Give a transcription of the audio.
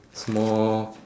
small